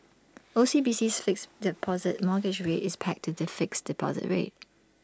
OCBC's fixed deposit mortgage rate is pegged to the fixed deposit rate